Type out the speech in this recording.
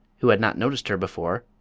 who had not noticed her before,